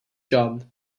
job